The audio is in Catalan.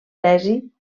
tesi